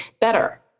better